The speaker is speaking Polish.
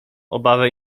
obawę